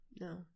No